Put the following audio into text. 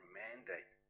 mandate